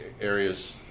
areas